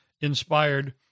inspired